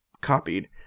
copied